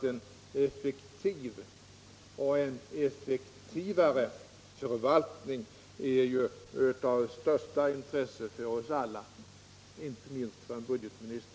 En effektiv och en effektivare förvaltning är ju av största intresse för oss alla, inte minst för en budgetminister.